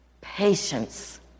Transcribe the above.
Patience